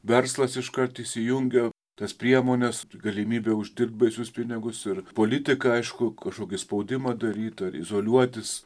verslas iškart įsijungia tas priemonės galimybė uždirbti baisius pinigus ir politika aišku kažkokį spaudimą daryti ar izoliuotis